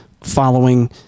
following